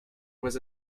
was